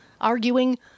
arguing